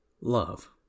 love